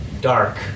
dark